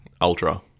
Ultra